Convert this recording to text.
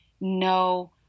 no